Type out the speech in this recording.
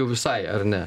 jau visai ar ne